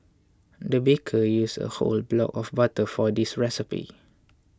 the baker used a whole block of butter for this recipe